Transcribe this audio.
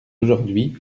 aujourd’hui